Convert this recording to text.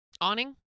awning